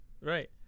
Right